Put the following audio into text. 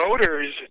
voters